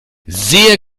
sehr